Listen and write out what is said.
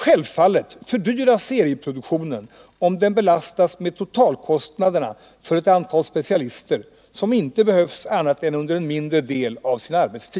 Självfallet fördyras serieproduktionen om den belastas med totalkostnaderna för ett antal specialister som inte behövs annat än underen - Nr 46